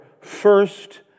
first